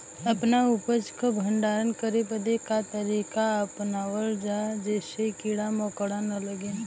अपना उपज क भंडारन करे बदे का तरीका अपनावल जा जेसे कीड़ा मकोड़ा न लगें?